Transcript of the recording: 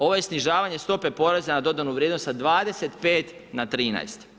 Ovo je snižavanje stope poreza na dodanu vrijednost sa 25 na 13.